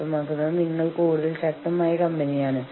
സംഘടന എന്ന നിലയിൽ ഞങ്ങൾക്ക് കൂടുതൽ വിഭവങ്ങളുണ്ട്